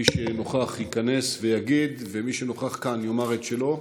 מי שנוכח ייכנס ויגיד, ומי שנוכח כאן יאמר את שלו.